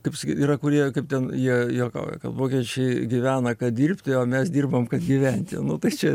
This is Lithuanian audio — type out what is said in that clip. kaip sakyt yra kurie kaip ten jie juokauja kad vokiečiai gyvena kad dirbti o mes dirbam kad gyventi nu tai čia